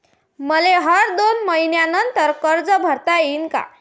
मले हर दोन मयीन्यानंतर कर्ज भरता येईन का?